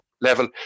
level